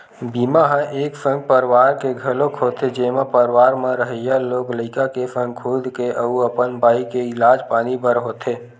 बीमा ह एक संग परवार के घलोक होथे जेमा परवार म रहइया लोग लइका के संग खुद के अउ अपन बाई के इलाज पानी बर होथे